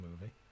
movie